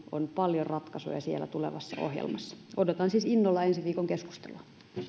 on paljon ratkaisuja siellä tulevassa ohjelmassa odotan siis innolla ensi viikon keskustelua